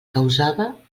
causava